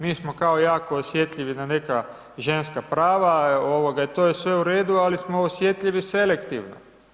Mi smo kao jako osjetljivi na neka ženska prava i to je sve u redu ali smo osjetljivi selektivno.